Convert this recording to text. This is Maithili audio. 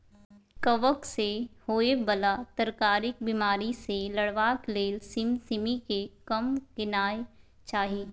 कवक सँ होए बला तरकारीक बिमारी सँ लड़बाक लेल सिमसिमीकेँ कम केनाय चाही